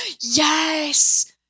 Yes